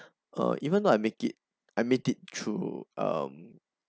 uh even though I make it I made it through um